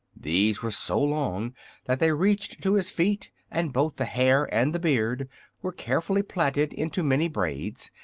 these were so long that they reached to his feet, and both the hair and the beard were carefully plaited into many braids,